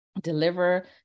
deliver